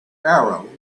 arrow